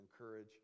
encourage